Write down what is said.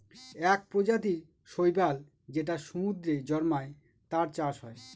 এক প্রজাতির শৈবাল যেটা সমুদ্রে জন্মায়, তার চাষ হয়